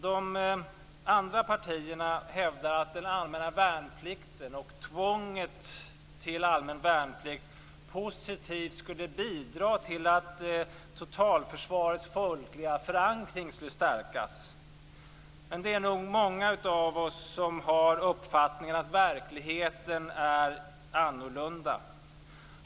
De andra partierna hävdar att tvånget till allmän värnplikt skulle bidra till att totalförsvarets folkliga förankring skulle stärkas, men det är nog många av oss som har uppfattningen att verkligheten är annorlunda.